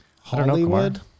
Hollywood